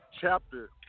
chapter